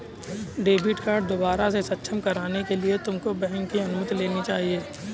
debit card दोबारा से सक्षम कराने के लिए तुमको बैंक की अनुमति लेनी होगी